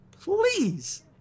please